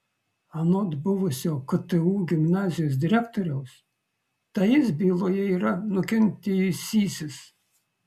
anot buvusio ktu gimnazijos direktoriaus tai jis byloje yra nukentėjusysis